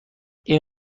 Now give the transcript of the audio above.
این